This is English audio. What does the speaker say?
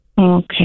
Okay